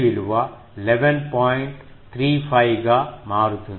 35 గా మారుతుంది